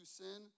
sin